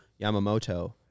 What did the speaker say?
Yamamoto